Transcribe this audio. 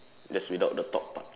just without the top part